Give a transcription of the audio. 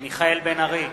מיכאל בן-ארי,